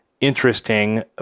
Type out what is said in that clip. interesting